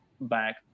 back